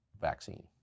vaccine